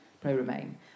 pro-Remain